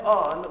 on